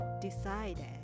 decided